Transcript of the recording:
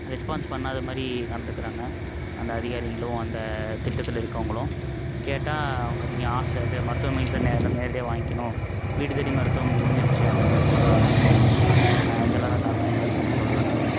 response பண்ணாத மாதிரி நடந்துக்கிறாங்க அந்த அதிகாரிங்களும் அந்த திட்டத்தில் இருக்கவங்களும் கேட்டால் உங்கள் நீங்கள் ஆச இது மருத்துவமனைக்கு தான் நே ந நேரடியாக வாங்கிக்கணும் வீடு தேடி மருத்துவம் முடிஞ்சுருச்சு அந்த மாதிரி சொல்கிறாங்க இந்த எல்லாம்தான் தாக்கங்கள்னு சொல்லுவேன் நான்